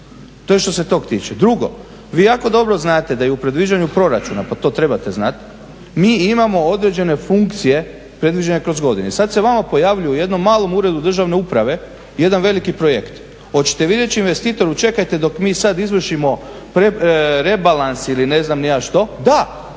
To je što se tog tiče. Drugo, vi jako dobro znate da je u predviđanju proračuna, pa to trebate znati mi imamo određene funkcije predviđene kroz godine. I sad se vama pojavljuje u jednom malom uredu državne uprave jedan veliki projekt. Hoćete vi reći investitoru čekajte dok mi sad izvršimo rebalans ili ne znam ni ja što. Da,